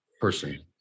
person